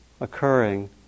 occurring